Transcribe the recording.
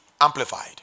amplified